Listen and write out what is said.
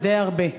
זה די הרבה.